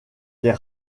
des